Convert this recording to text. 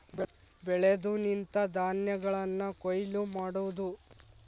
ಬೆಳೆದು ನಿಂತ ಧಾನ್ಯಗಳನ್ನ ಕೊಯ್ಲ ಮಾಡುದು